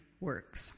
works